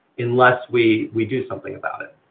unless we we do something about it.